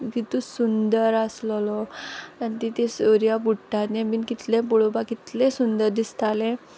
कितू सुंदर आसलोलो आनी तितूं सुर्या बुडटा तें बीन कितलें पोळोवपाक कितलें सुंदर दिसतालें